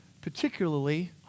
particularly